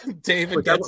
David